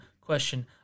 question